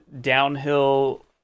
downhill